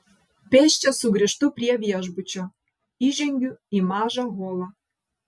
pėsčias sugrįžtu prie viešbučio įžengiu į mažą holą